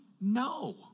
No